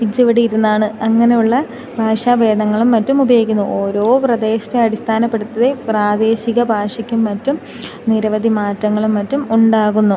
ഇജ്ജ് അവിടെ ഇരുന്നാണ് അങ്ങനെ ഉള്ള ഭാഷാഭേദങ്ങളും മറ്റും ഉപയോഗിക്കുന്നു ഓരോ പ്രദേശത്തെ അടിസ്ഥാനപ്പെടുത്തി പ്രാദേശിക ഭാഷയ്ക്കും മറ്റും നിരവധി മാറ്റങ്ങളും മറ്റും ഉണ്ടാകുന്നു